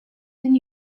than